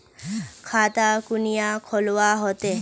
खाता कुनियाँ खोलवा होते?